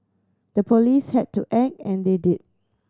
the police had to act and they did